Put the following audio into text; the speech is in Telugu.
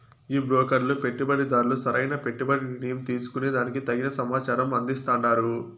ఈ బ్రోకర్లు పెట్టుబడిదార్లు సరైన పెట్టుబడి నిర్ణయం తీసుకునే దానికి తగిన సమాచారం అందిస్తాండారు